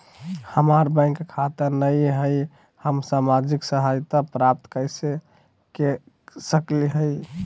हमार बैंक खाता नई हई, हम सामाजिक सहायता प्राप्त कैसे के सकली हई?